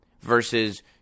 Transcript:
versus